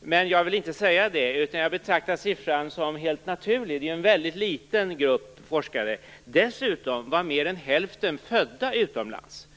Det vill jag dock inte göra. Jag betraktar siffran som helt naturlig. Det är en väldigt liten grupp forskare det handlar om. Dessutom var mer än hälften av dem födda utomlands.